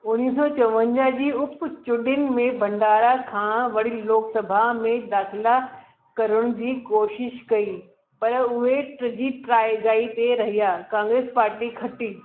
उणिवीह सौ चवंजाह जी उप चूडीन में भंडारा खां वरी लोकसभा में दाख़िला करण जी कोशिश कई पर उहे ट्रीजी जाइ ते रहिया कांग्रेस पार्टी खटी